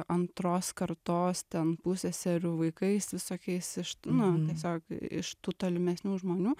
antros kartos ten pusseserių vaikais visokiais iš nu tiesiog iš tų tolimesnių žmonių